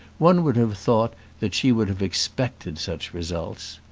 one would have thought that she would have expected such results.